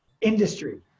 industry